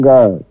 God